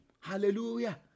Hallelujah